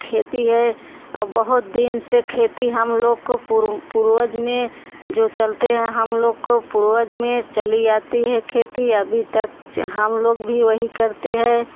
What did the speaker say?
खेती है और बहुत दिन से खेती हम लोग को पूर्व पूर्वज में जो चलते हैं हम लोग को पूर्वज में चली आती है खेती अभी तक हम लोग भी वही करते हैं